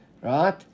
Right